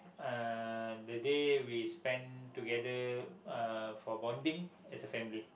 uh the day we spent together uh for bonding as a family